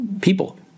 people